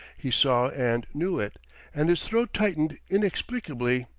he saw and knew it and his throat tightened inexplicably,